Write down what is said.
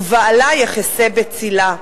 ובעלה יחסה בצלה,